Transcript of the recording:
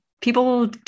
people